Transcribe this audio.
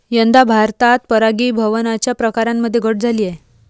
यंदा भारतात परागीभवनाच्या प्रकारांमध्ये घट झाली आहे